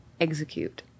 execute